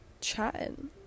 chatting